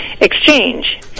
exchange